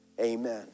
Amen